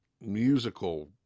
musical